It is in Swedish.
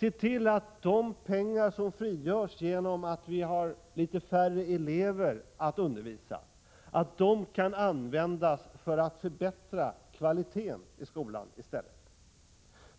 Se till att de pengar som frigörs genom att man har litet färre elever att undervisa i stället kan användas för att förbättra kvaliteten i skolan! Se